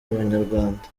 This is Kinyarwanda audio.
abanyarwanda